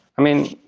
i mean,